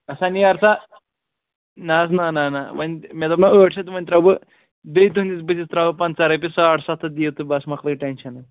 اَسا نیر سا نہ حظ نہ نہ نہ وۅنۍ مےٚ دوٚپ نہ ٲٹھ شَتھ وَنۍ ترٛاوٕ بہٕ بیٚیہِ تُہٕنٛدِس بٕتھِس ترٛاوٕ پَنٛژاہ رۄپیہِ ساڑ سَتھ ہَتھ دِیو تہٕ بَس مۄکلٲے ٹٮ۪نشَنٕے